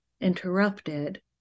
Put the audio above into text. interrupted